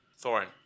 Thorin